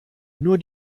nur